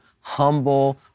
humble